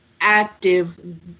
active